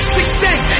success